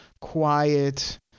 quiet